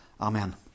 Amen